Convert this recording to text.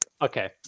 Okay